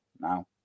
now